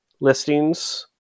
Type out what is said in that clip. listings